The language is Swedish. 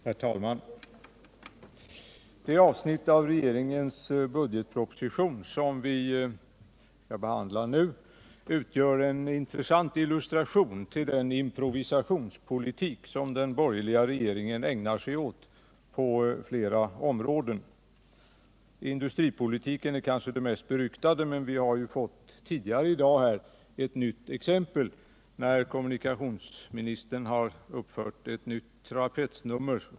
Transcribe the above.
Herr talman! Det avsnitt av regeringens budgetproposition som vi skall behandla nu utgör en intressant illustration till en improvisationspolitik som den borgerliga regeringen ägnar sig åt på flera områden. Industripolitiken är kanske det mest beryktade, men vi har tidigare i dag fått ett nytt exempel, när kommunikationsministern har uppfört ett nytt trapetsnummer.